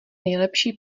nejlepší